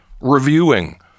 reviewing